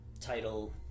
title